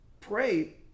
Pray